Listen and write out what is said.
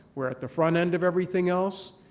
we're at the front end of everything else.